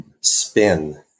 spin